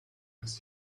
ist